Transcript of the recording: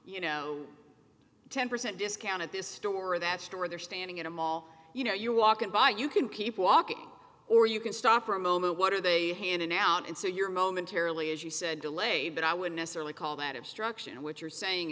you know ten percent discount at this store or that store they're standing in a mall you know you're walking by you can keep walking or you can stop for a moment what are they hand an out and so you're momentarily as you said delayed but i would necessarily call that obstruction and what you're saying